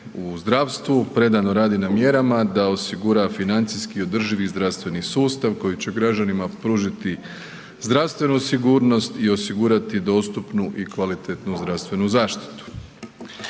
u zdravstvu, predano radi na mjerama da osigura financijski održivi zdravstveni sustav koji će građanima pružiti zdravstvenu sigurnost i osigurati dostupnu i kvalitetnu zdravstvenu zaštitu.